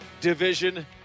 Division